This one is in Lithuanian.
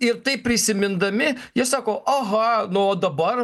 ir tai prisimindami jie sako aha nu o dabar